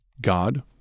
God